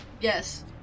Yes